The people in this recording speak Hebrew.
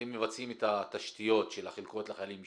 אתם מבצעים את התשתיות של החלקות לחיילים משוחררים,